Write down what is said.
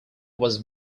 was